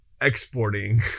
exporting